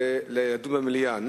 זה לדון במליאה.